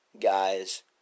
guys